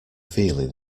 feeling